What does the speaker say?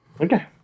Okay